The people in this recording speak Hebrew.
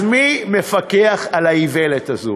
אז מי מפקח על האיוולת הזו,